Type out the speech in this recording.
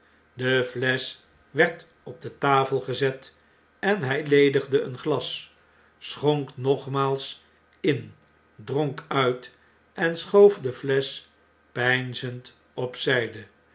de flesch werd op tafel gezet en hij ledigde een glas schonk nogmaals in dronk uit en schoof de flesch peinzend op zn'de